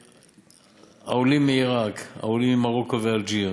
העולים מעיראק, העולים ממרוקו ומאלג'יר,